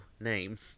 name